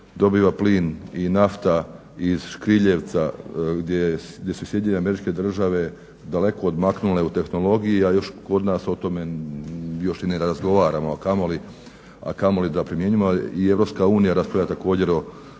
dobiva plin i nafta iz škriljevca gdje su SAD daleko odmaknule u tehnologiji, a kod nas o tome još ne razgovaramo a kamoli da primjenjujemo. I EU također raspravlja o